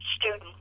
student